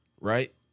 right